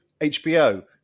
HBO